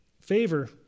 favor